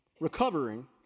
recovering